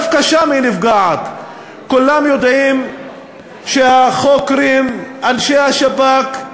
כולם יודעים שהחוקרים, אנשי השב"כ,